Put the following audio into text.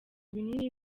binini